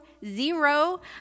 zero